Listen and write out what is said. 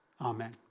amen